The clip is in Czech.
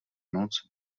noc